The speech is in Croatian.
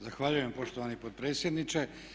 Zahvaljujem poštovani potpredsjedniče.